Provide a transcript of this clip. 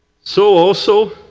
so also,